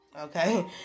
okay